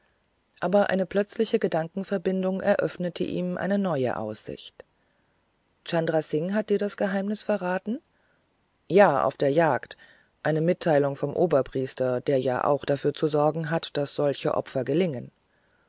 aber eine plötzliche gedankenverbindung eröffnete ihm eine neue aussicht chandra singh hat dir das geheimnis verraten ja auf der jagd eine mitteilung vom oberpriester der ja auch dafür zu sorgen hat daß solche opfer gelingen